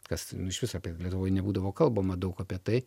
kas nu iš vis apie lietuvoj nebūdavo kalbama daug apie tai